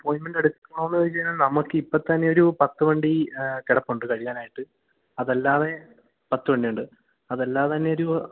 അപ്പോയിയിന്മെന്റ് എടുക്കണമോ എന്നു ചോദിച്ചുകഴിഞ്ഞാൽ നമുക്ക് ഇപ്പോള് തന്നെ ഒരു പത്തു വണ്ടി കിടപ്പുണ്ട് കഴിയാനായിട്ട് അതല്ലാതെ പത്തു വണ്ടിയുണ്ട് അതല്ലാതെ തന്നെ ഒരു